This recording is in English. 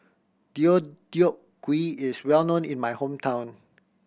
Deodeok Gui is well known in my hometown